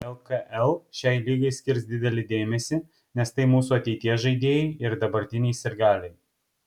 lkl šiai lygai skirs didelį dėmesį nes tai mūsų ateities žaidėjai ir dabartiniai sirgaliai